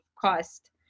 cost